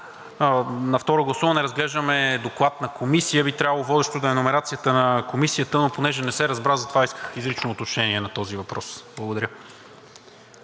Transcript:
на второ гласуване разглеждаме доклад на Комисията, би трябвало водеща да е номерацията на Комисията, но понеже не се разбра, затова исках изрично уточнение на този въпрос? Благодаря.